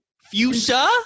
Fuchsia